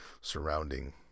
surrounding